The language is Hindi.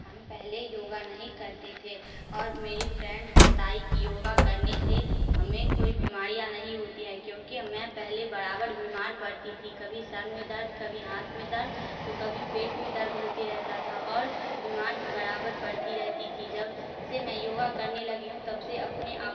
हम पहले योगा नहीं करते थे और मेरी फ्रेंड बताई की योगा करने से हमें कोई बीमारियाँ नहीं होती है क्योंकि मैं पहले बराबर बीमार पड़ती थी कभी सिर में दर्द कभी हाथ में दर्द तो कभी पेट में दर्द होते रहता था और बीमार भी बराबर पड़ती रहती थी जब से मैं योगा करने लगी हूँ तब से अपने आपको